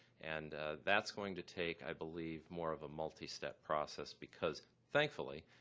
and that's going to take, i believe, more of a multistep process because, thankfully,